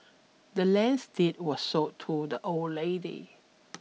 the land's deed was sold to the old lady